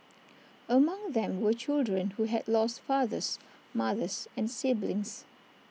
among them were children who had lost fathers mothers and siblings